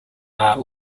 are